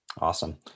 awesome